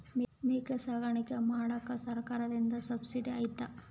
ಮೇಕೆ ಸಾಕಾಣಿಕೆ ಮಾಡಾಕ ಸರ್ಕಾರದಿಂದ ಸಬ್ಸಿಡಿ ಐತಾ?